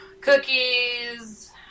cookies